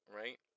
right